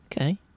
Okay